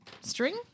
string